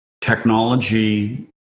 technology